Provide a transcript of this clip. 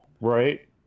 right